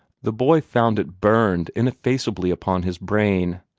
the boy found it burned ineffaceably upon his brain.